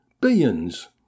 Billions